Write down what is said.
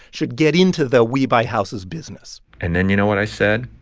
should get into the we-buy-houses business and then you know what i said?